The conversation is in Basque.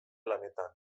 lanetan